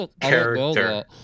character